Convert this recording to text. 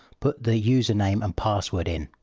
put the username and password in.